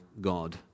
God